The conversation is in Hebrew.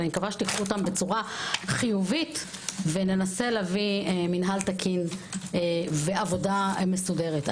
מקווה שתיקחו אותן בצורה חיובית וננסה להביא מינהל תקין ועבודה מסודרת.